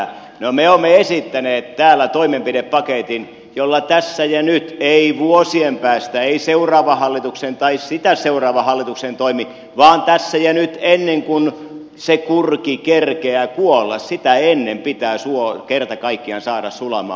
no me olemme esittäneet täällä toimenpidepaketin jolla tässä ja nyt ei vuosien päästä ei seuraavan hallituksen tai sitä seuraavan hallituksen toimin vaan tässä ja nyt ennen kuin se kurki kerkeää kuolla sitä ennen pitää suo kerta kaikkiaan saada sulamaan